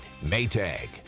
Maytag